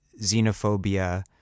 xenophobia